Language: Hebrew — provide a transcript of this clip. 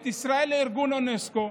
את ישראל לארגון אונסק"ו,